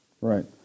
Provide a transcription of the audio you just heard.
Right